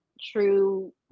true